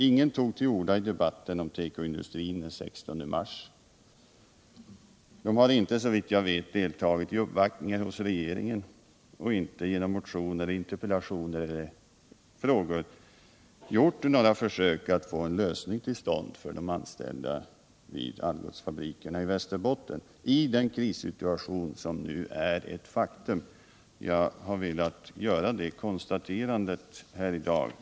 Ingen tog till orda i debatten om tekoindustrin den 16 mars. De har inte såvitt jag vet deltagit i uppvaktningen hos regeringen och har inte genom motioner, interpellationer eller frågor gjort några försök att få en lösning till stånd för de anställda vid Algotsfabrikerna i Västerbotten, i den krissituation som nu är ett faktum. Jag har velat göra detta konstaterande här i dag.